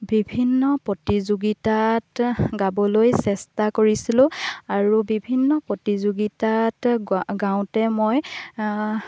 বিভিন্ন প্ৰতিযোগিতাত গাবলৈ চেষ্টা কৰিছিলোঁ আৰু বিভিন্ন প্ৰতিযোগিতাত গাওঁতে মই